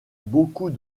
beaucoup